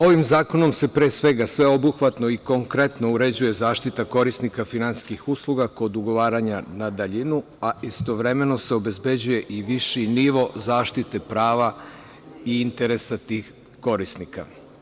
Ovim zakonom se, pre svega, obuhvatno i konkretno uređuje zaštita korisnika finansijskih usluga kod ugovaranja na daljinu, a istovremeno se obezbeđuje i viši nivo zaštite prava i interesa tih korisnika.